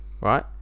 Right